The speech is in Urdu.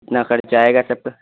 کتنا خرچ آئے گا سب کا